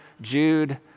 Jude